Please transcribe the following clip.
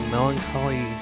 Melancholy